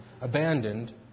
abandoned